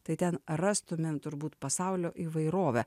tai ten rastumėm turbūt pasaulio įvairovę